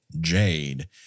Jade